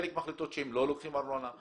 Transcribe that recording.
חלק מחליטות שלא לקחת ארנונה.